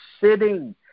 sitting